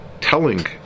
telling